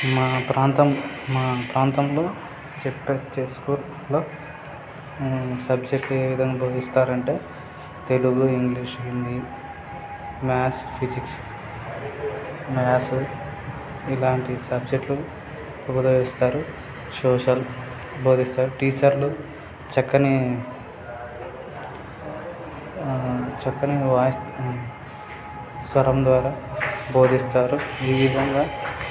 మా ప్రాంతం మా ప్రాంతంలో జడ్పిహెచ్ఎస్ స్కూల్లో సబ్జెక్ట్ ఏ విధంగా బోధిస్తారు అంటే Telugu English Hindi maths physics maths ఇలాంటి సబ్జెక్టులు బోధిస్తారు సోషల్ బోధిస్తారు టీచర్లు చక్కని చక్కని వాయిస్ స్వరం ద్వారా బోధిస్తారు ఈ విధంగా